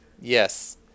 yes